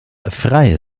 freie